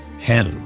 hell